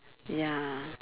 ya